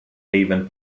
avon